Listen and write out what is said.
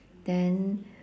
then